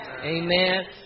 Amen